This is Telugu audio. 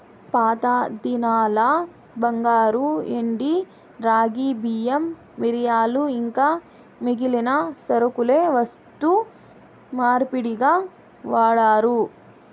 పాతదినాల్ల బంగారు, ఎండి, రాగి, బియ్యం, మిరియాలు ఇంకా మిగిలిన సరకులే వస్తు మార్పిడిగా వాడారు